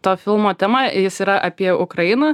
to filmo tema jis yra apie ukrainą